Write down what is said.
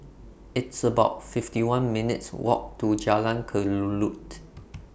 It's about fifty one minutes Walk to Jalan Kelulut